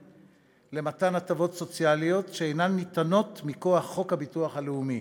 למתן הטבות סוציאליות שאינן ניתנות מכוח חוק הביטוח הלאומי.